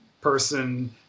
person